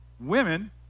women